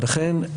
ולכן,